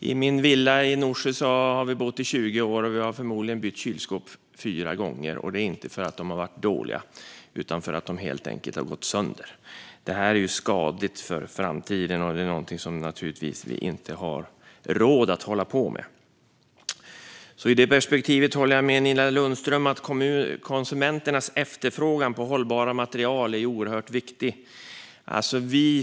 I min villa i Norsjö där vi har bott i 20 år har vi förmodligen bytt kylskåp fyra gånger. Det är inte för att de har varit dåliga utan helt enkelt för att de har gått sönder. Detta är skadligt för framtiden och något som vi naturligtvis inte har råd att hålla på med. I detta perspektiv håller jag med Nina Lundström om att konsumenternas efterfrågan på hållbara material är oerhört viktig.